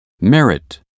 merit